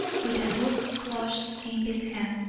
with a book clutched in his hand.